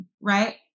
right